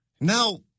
Now